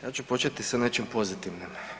Ja ću početi sa nečim pozitivnim.